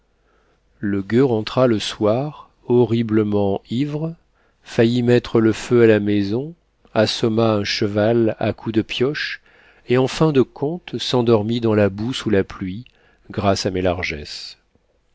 le gueux rentra le soir horriblement ivre faillit mettre le feu à la maison assomma un cheval à coups de pioche et en fin de compte s'endormit dans la boue sous la pluie grâce à mes largesses